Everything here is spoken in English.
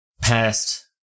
past